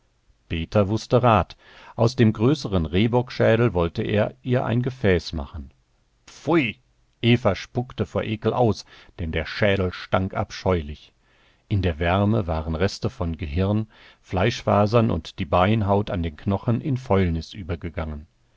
peter wußte rat aus dem größeren rehbockschädel wollte er ihr ein gefäß machen pfui eva spuckte vor ekel aus denn der schädel stank abscheulich in der wärme waren reste vom gehirn fleischfasern und die beinhaut an den knochen in fäulnis übergegangen